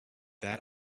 that